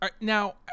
now